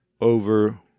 over